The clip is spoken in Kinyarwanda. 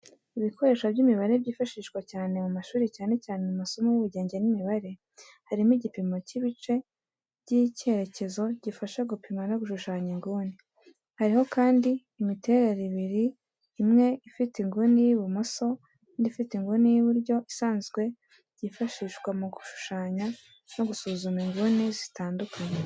Ibikoresho by'imibare byifashishwa cyane mu mashuri cyane cyane mu masomo y'ubugenge n'imibare. Harimo igipimo cy'ibice by'icyerekezo gifasha gupima no gushushanya inguni. Hariho kandi imiterere ibiri imwe ifite inguni y'ibumoso indi ifite inguni y'iburyo isanzwe byifashishwa mu gushushanya no gusuzuma inguni zitandukanye.